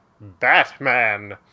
Batman